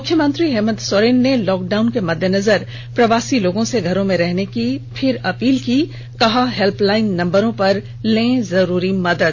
मुख्यमंत्री हेमंत सोरेन ने लॉकडाउन के मद्देनजर प्रवासी लोगों से घरों में रहने की फिर से अपील की कहा हेल्पलाइन नबंरों पर लें जरूरी मदद